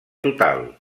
total